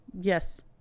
Yes